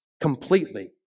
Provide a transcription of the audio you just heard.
completely